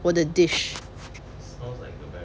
我的 dish